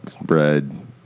bread